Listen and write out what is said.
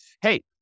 hey